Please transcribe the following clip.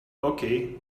okay